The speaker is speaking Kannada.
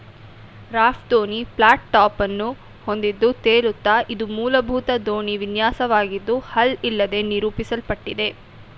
ರಾಫ್ಟ್ ದೋಣಿ ಫ್ಲಾಟ್ ಟಾಪನ್ನು ಹೊಂದಿದ್ದು ತೇಲುತ್ತೆ ಇದು ಮೂಲಭೂತ ದೋಣಿ ವಿನ್ಯಾಸವಾಗಿದ್ದು ಹಲ್ ಇಲ್ಲದೇ ನಿರೂಪಿಸಲ್ಪಟ್ಟಿದೆ